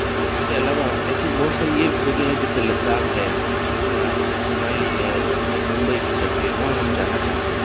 और उसके अलावा हम ऐसी बहुत सारी यह जगह है जैसे लद्दाख है या मनाली है या मुंबई की सड़कें वहाँ हम जाना चाहते हैं